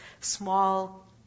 small